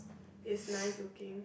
is nice looking